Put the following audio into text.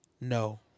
No